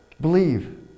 believe